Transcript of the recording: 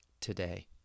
today